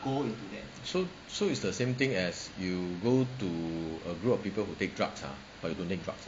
so so it's the same thing as you go to a group of people who take drugs are but you don't take drugs